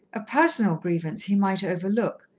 a personal grievance he might overlook,